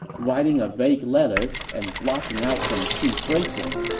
writing a vague letter and blotching out some key phrases.